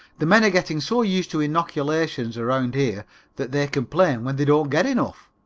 the men are getting so used to inoculations around here that they complain when they don't get enough.